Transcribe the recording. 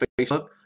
Facebook